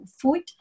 food